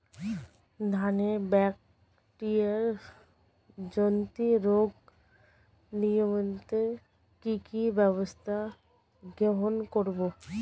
ধানের ব্যাকটেরিয়া জনিত রোগ নিয়ন্ত্রণে কি কি ব্যবস্থা গ্রহণ করব?